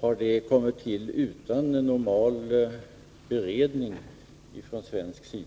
Har det kommit till utan normal beredning från svensk sida?